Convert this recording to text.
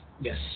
Yes